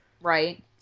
Right